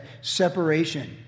separation